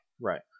Right